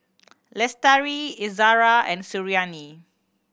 Lestari Izara and Suriani